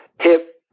hip